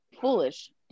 foolish